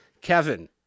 Kevin